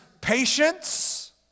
patience